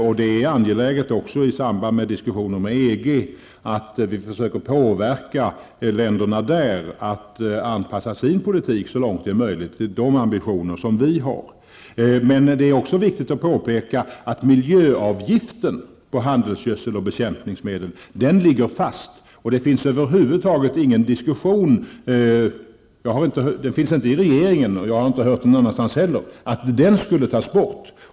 Det är också angeläget att vi i samband med diskussioner med EG försöker påverka länderna att anpassa sin politik så långt det är möjligt. Det är de ambitioner som vi har. Men det är även viktigt att påpeka att miljöavgiften på handelsgödsel och bekämpningsmedel ligger fast. Det förekommer över huvud taget ingen diskussion i regeringen -- och jag har inte hört att det förekommer någon annanstans heller -- om att den skulle tas bort.